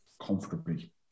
Comfortably